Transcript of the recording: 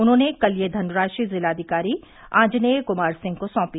उन्होंने कल यह धनराशि जिलाधिकारी आन्जनेय कुमार सिंह को सौंपी